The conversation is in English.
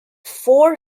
four